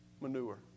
manure